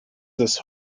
this